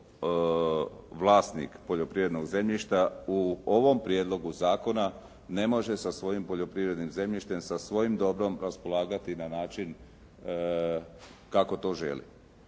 kako vlasnik poljoprivrednog zemljišta u ovom prijedlogu zakona ne može sa svojim poljoprivrednim zemljištem sa svojim dobrom raspolagati na način kako to želi.